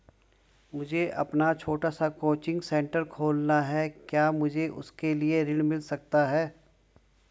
मुझे अपना छोटा सा कोचिंग सेंटर खोलना है क्या मुझे उसके लिए ऋण मिल सकता है?